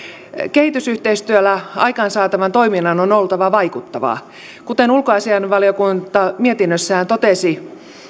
kehitysyhteistyöllä aikaansaatavan toiminnan on oltava vaikuttavaa kuten ulkoasiainvaliokunta mietinnössään totesi